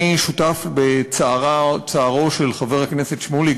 אני שותף לצערו של חבר הכנסת שמולי.